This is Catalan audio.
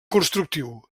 constructiu